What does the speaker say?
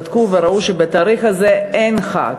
בדקו וראו שבתאריך הזה אין חג.